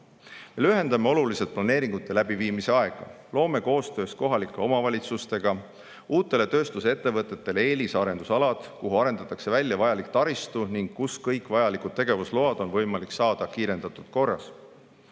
Me lühendame oluliselt planeeringute läbiviimise aega. Loome koostöös kohalike omavalitsustega uutele tööstusettevõtetele eelisarendusalad, kus arendatakse välja vajalik taristu ning kus kõik tegevusload on võimalik saada kiirendatud korras.